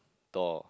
door